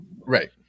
Right